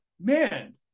man